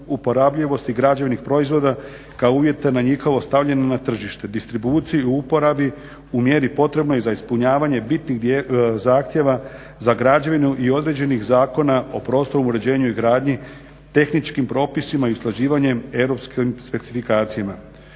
uporabljivosti građevnih proizvoda kao uvjete na njihovo stavljanje na tržište. Distribuciju u uporabi u mjeri potrebnoj za ispunjavanje bitnih zahtjeva za građevinu i određenih zakona o prostornom uređenju i gradnji, tehničkim propisima i usklađivanjem Europske specifikacije.